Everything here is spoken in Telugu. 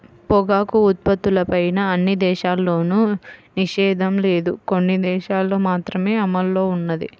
పొగాకు ఉత్పత్తులపైన అన్ని దేశాల్లోనూ నిషేధం లేదు, కొన్ని దేశాలల్లో మాత్రమే అమల్లో ఉన్నది